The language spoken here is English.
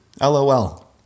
LOL